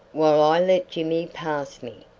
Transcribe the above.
while i let jimmy pass me,